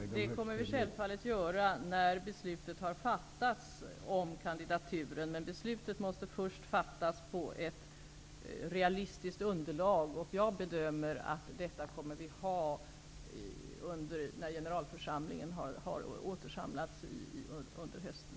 Herr talman! Det kommer vi självfallet att göra när beslutet om kandidaturen har fattats. Beslutet måste först fattas på ett realistiskt underlag, och jag bedömer att vi kommer att ha detta när generalförsamlingen har återsamlats under hösten.